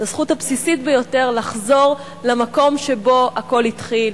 את הזכות הבסיסית ביותר לחזור למקום שבו הכול התחיל: